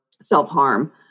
self-harm